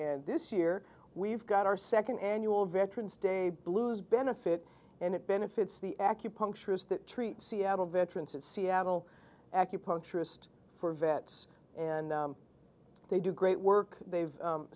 and this year we've got our second annual veterans day blues benefit and it benefits the acupuncturist treats seattle veterans of seattle acupuncturist for vets and they do great work they've